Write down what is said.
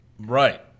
right